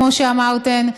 כמו שאמרתן,